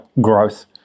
growth